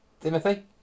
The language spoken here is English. Timothy